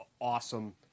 awesome